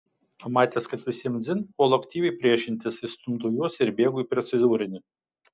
pamatęs kad visiems dzin puolu aktyviai priešintis išstumdau juos ir bėgu į procedūrinį